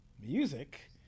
music